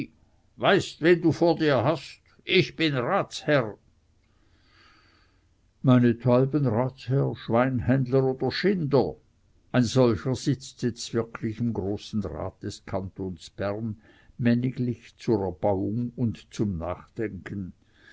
weißt wen du vor dir hast ich bin ratsherr meinethalben ratsherr schweinhändler oder schinder ein solcher sitzt wirklich jetzt im großen rate des kantons bern männiglich zur erbauung und zum nachdenken